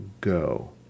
Go